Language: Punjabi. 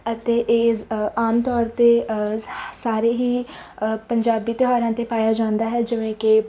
ਅਤੇ ਏਜ਼ ਆਮ ਤੌਰ 'ਤੇ ਸਾਰੇ ਹੀ ਪੰਜਾਬੀ ਤਿਉਹਾਰਾਂ 'ਤੇ ਪਾਇਆ ਜਾਂਦਾ ਹੈ ਜਿਵੇਂ ਕਿ